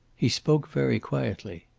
he spoke very quietly.